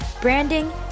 branding